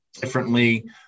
differently